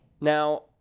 now